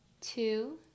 two